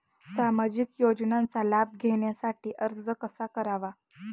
सामाजिक योजनांचा लाभ घेण्यासाठी अर्ज कसा करावा लागतो?